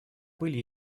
были